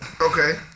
Okay